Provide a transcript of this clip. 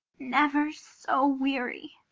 never so weary,